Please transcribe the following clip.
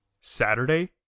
Saturday